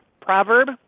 proverb